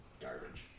garbage